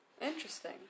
Interesting